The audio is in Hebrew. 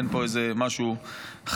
אין פה איזה משהו חסוי.